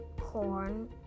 corn